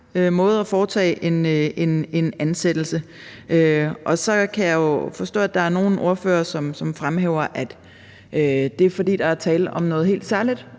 måde at foretage en ansættelse på. Så kan jeg jo forstå, at der er nogle ordførere, som fremhæver, at det er, fordi der er tale om noget helt særligt,